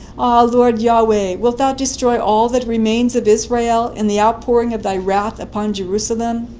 lord yahweh! wilt thou destroy all that remains of israel in the outpouring of thy wrath upon jerusalem?